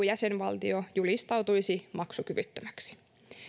jäsenvaltio julistautuisi maksukyvyttömäksi